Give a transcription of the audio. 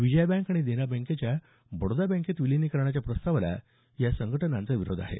Vijaya bank आणि देना बँकेच्या बडोदा बँकेत विलीनीकरण प्रस्तावाला या संघटनांचा विरोध आहे